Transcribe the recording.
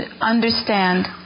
understand